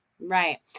right